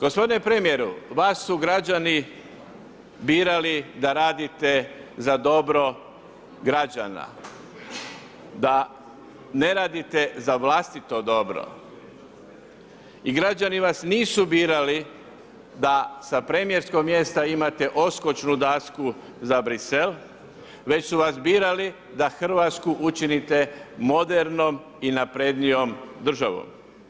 Gospodine premijeru vas su g rađani birali da radite za dobro građana, da ne radite za vlastito dobro i građani vas nisu birali da sa premijerskog mjesta imate odskočnu dasku za Bruxelles već su vas birali da Hrvatsku učinite modernom i naprednijom državom.